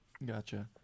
Gotcha